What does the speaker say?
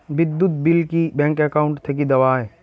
বিদ্যুৎ বিল কি bank account থাকি দেওয়া য়ায়?